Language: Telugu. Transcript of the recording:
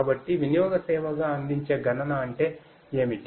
కాబట్టి వినియోగ సేవగా అందించే గణన అంటే ఏమిటి